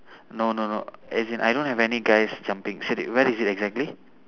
no no no as in I don't have any guy's jumping siddiq where is it exactly